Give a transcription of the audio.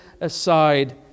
aside